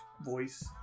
voice